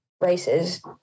races